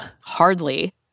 Hardly